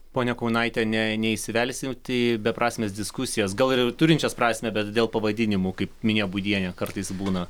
ponia kaunaite ne neįsivelsi į beprasmes diskusijas gal ir ir turinčias prasmę bet dėl pavadinimų kaip minėjo būdienė kartais būna